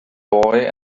boy